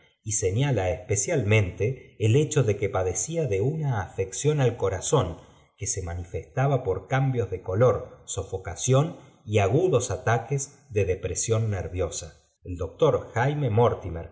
y senaía especialmente el hecho de que patah a nn una i corazón que se manifestaba por cambios de color sofocación y agudos ataques de depresión nerviosa el doctor